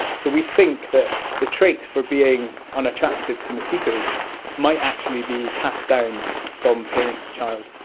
so we think that the trait for being unattractive to mosquitoes might actually be passed down from parent to child.